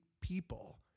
people